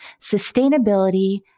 sustainability